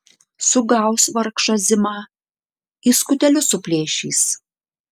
sugaus vargšą zimą į skutelius suplėšys